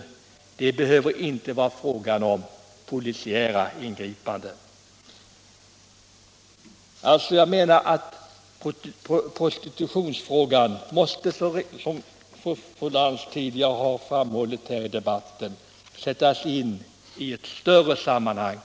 Det behöver inte vara fråga om polisiära ingripanden. Jag menar alltså att prostitutionsfrågan, som fru Lantz framhållit tidigare i debatten, måste sättas in i ett större sammanhang.